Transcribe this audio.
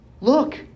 Look